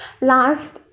last